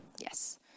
Yes